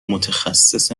متخصص